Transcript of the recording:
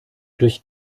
durch